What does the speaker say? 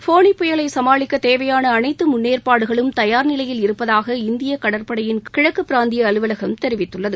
ஃபோனி புயலை சமாளிக்க தேவையான அனைத்து முன்னேற்பாடுகளும் தயார் நிலையில் இருப்பதாக இந்திய கடற்படையின் கிழக்கு பிராந்திய அலுவலகம் தெரிவித்துள்ளது